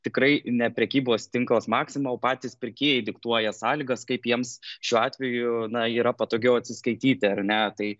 tikrai ne prekybos tinklas maksima o patys pirkėjai diktuoja sąlygas kaip jiems šiuo atveju na yra patogiau atsiskaityti ar ne tai